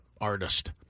artist